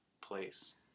place